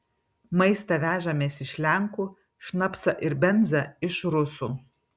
maistą vežamės iš lenkų šnapsą ir benzą iš rusų